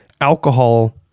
alcohol